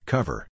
Cover